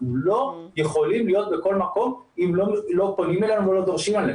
אנחנו לא יכולים להיות בכל מקום אם לא פונים אלינו ולא דורשים.